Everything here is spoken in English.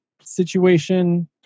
situation